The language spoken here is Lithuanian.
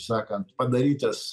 sakant padarytas